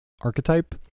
archetype